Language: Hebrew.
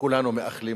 כולנו מאחלים